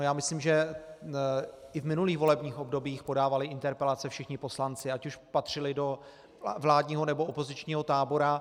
Já myslím, že i v minulých volebních obdobích podávali interpelace všichni poslanci, ať už patřili do vládního, nebo opozičního tábora.